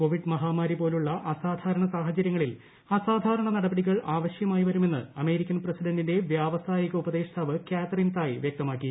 Covid മഹാമാരി പോലുള്ള അസാധാരണ സാഹചരൃങ്ങളിൽ അസാധാരണ നടപടികൾ ആവശ്യമായി വരുമെന്ന് അമേരിക്കൻ പ്രസിഡന്റിന്റെ വ്യാവസായിക ഉപദേഷ്ടാവ് കാതറിൻ തായ് വൃക്തമാക്കി